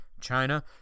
China